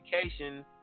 education